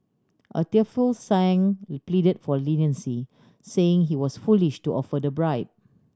a tearful Sang repleaded for leniency saying he was foolish to offer the bribe